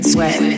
Sweat